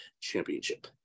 Championship